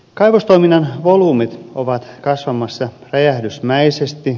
kaivostoiminnan volyymit ovat kasvamassa räjähdysmäisesti